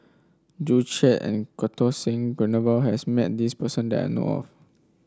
Joo Chiat and Santokh Singh Grewal has met this person that I know of